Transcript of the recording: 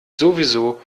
sowieso